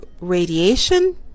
radiation